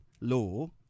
law